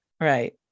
Right